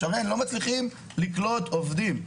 שרן, לא מצליחים לקלוט עובדים.